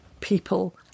people